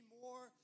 more